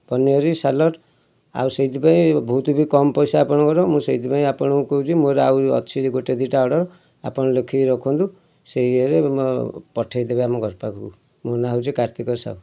paneer salt ଆଉ ସେଇଥିପାଇଁ ବହୁତୁ ବି କମ୍ ପଇସା ଆପଣଙ୍କର ମୁଁ ସେଇଥିପାଇଁ ଆପଣଙ୍କୁ କହୁଛି ମୋର ଆଉ ଅଛି ଗୋଟେ ଦୁଇଟା ଅର୍ଡ଼ର୍ ଆପଣ ଲେଖିକି ରଖନ୍ତୁ ସେଇ ଇଏରେ ପଠେଇଦେବେ ଆମ ଘର ପାଖକୁ ମୋ ନା ହେଉଛି କାର୍ତ୍ତିକ ସାହୁ